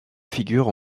figure